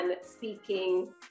speaking